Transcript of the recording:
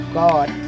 god